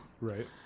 Right